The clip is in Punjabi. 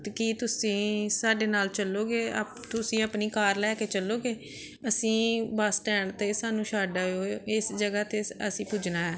ਕੀ ਤੁਸੀਂ ਸਾਡੇ ਨਾਲ ਚੱਲੋਗੇ ਤੁਸੀਂ ਆਪਣੀ ਕਾਰ ਲੈ ਕੇ ਚੱਲੋਗੇ ਅਸੀਂ ਬੱਸ ਸਟੈਂਡ 'ਤੇ ਸਾਨੂੰ ਛੱਡ ਆਇਓ ਇਸ ਜਗ੍ਹਾ 'ਤੇ ਅਸੀਂ ਪੁੱਜਣਾ ਹੈ